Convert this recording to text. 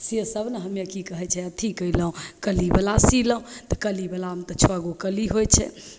से सब ने हमे कि कहै छै अथी कएलहुँ कलीवला सिलहुँ तऽ कलीवलामे तऽ छओगो कली होइ छै